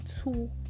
two